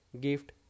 gift